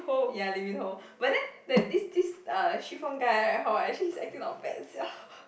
ya Lee-Min-Ho but then there this this uh chiffon guy right hor actually his acting not bad sia